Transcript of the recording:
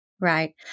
Right